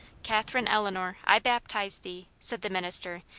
katherine eleanor, i baptize thee, said the minister,